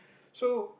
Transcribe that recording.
so